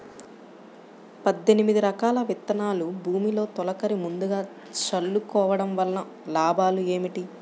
పద్దెనిమిది రకాల విత్తనాలు భూమిలో తొలకరి ముందుగా చల్లుకోవటం వలన లాభాలు ఏమిటి?